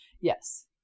Yes